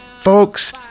Folks